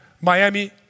Miami